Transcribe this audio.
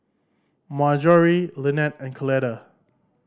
Marjory Linette and Coletta